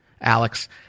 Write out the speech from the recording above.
Alex